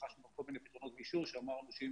רכשנו כול מיני פתרונות גישור כי אמרנו שאם